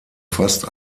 fast